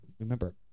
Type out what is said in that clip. Remember